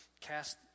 cast